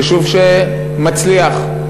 והיישוב מצליח.